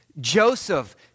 Joseph